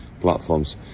platforms